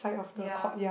ya